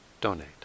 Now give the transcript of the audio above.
donate